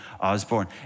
Osborne